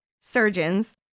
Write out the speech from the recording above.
surgeons